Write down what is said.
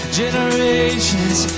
generations